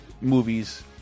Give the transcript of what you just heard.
movies